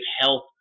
health